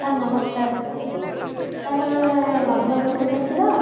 sir ନମସ୍କାର sir Madhubabu କହୁଛନ୍ତି ତ